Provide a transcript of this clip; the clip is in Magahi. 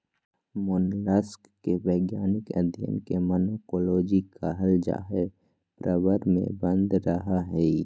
मोलस्क के वैज्ञानिक अध्यन के मालाकोलोजी कहल जा हई, प्रवर में बंद रहअ हई